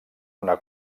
una